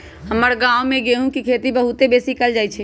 हमर गांव में गेहूम के खेती बहुते बेशी कएल जाइ छइ